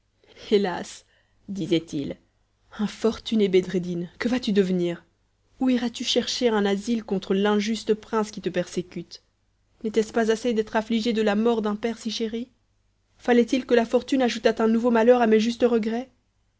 hélas disaitil infortuné bedreddin que vas-tu devenir où iras-tu chercher un asile contre l'injuste prince qui te persécute n'était-ce pas assez d'être affligé de la mort d'un père si chéri fallait-il que la fortune ajoutât un nouveau malheur à mes justes regrets